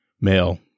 male